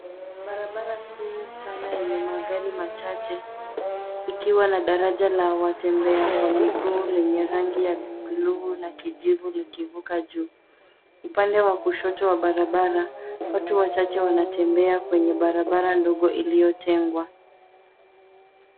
Barabara kuu pana enye magari machache ikiwa na daraja la watembea kwa miguu lenye rangi ya buluu na kijivu likivuka juu. Upande wa kushoto wa barabara, watu wachache wanatembea kwenye barabara ndogo iliyotengwa.